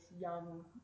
young